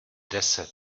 deset